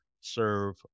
serve